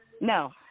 No